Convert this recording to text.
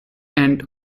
end